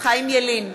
חיים ילין,